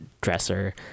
dresser